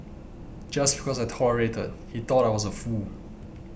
just because I tolerated he thought I was a fool